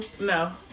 no